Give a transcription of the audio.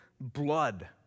blood